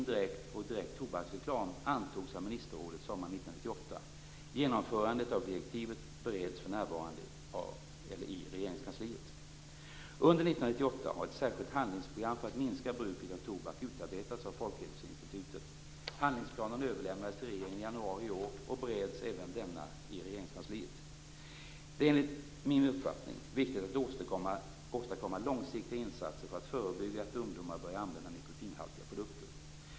Direktivet Genomförandet av direktivet bereds för närvarande i Under 1998 har ett särskilt handlingsprogram för att minska bruket av tobak utarbetats av Folkhälsoinstitutet. Handlingsplanen överlämnades till regeringen i januari i år och bereds även denna i Regeringskansliet. Det är enligt min uppfattning viktigt att åstadkomma långsiktiga insatser för att förebygga att ungdomar börjar använda nikotinhaltiga produkter.